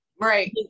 Right